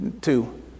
Two